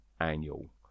annual